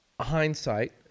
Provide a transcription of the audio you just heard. hindsight